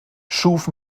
schuf